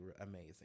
amazing